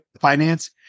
finance